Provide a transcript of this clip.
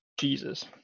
Jesus